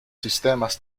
sistemas